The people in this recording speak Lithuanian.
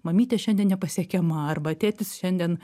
mamytė šiandien nepasiekiama arba tėtis šiandien